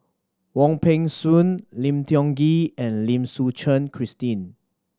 Wong Peng Soon Lim Tiong Ghee and Lim Suchen Christine